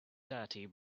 dirty